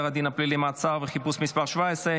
הדין הפלילי (מעצר וחיפוש) (מס' 17),